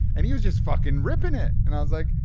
and he was just fucking ripping it. and i was like,